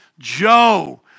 Joe